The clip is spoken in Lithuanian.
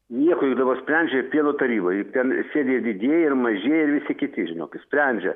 nieko juk dabar sprendžia pieno taryba juk ten sėdi ir didieji ir mažieji ir visi kiti žinokit sprendžia